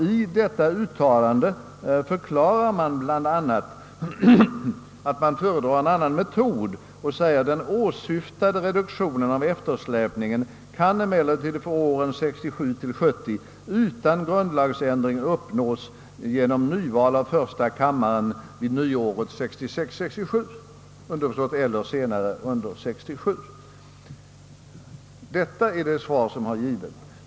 I detta uttalande förklarar man bl.a. att man föredrar en annan metod och säger: »Den åsyftade reduktionen av eftersläpningen kan emellertid för åren 1967—1970 utan grundlagsändring uppnås genom nyval av första kammaren vid nyåret 1966— 1967» . Detta är det svar som har givits.